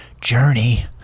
journey